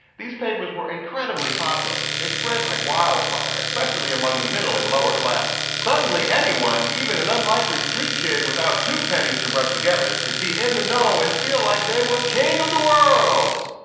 these papers were incredibly popular. they spread like wildfire, especially among the middle and lower classes. suddenly, anyone, even an unlikely street kid without two pennies to rub together could be in the know and feel like they were king of the world!